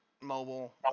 mobile